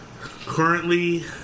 currently